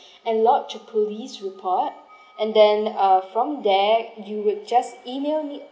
and lodge a police report and then err from there you would just email me